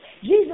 Jesus